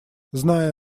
зная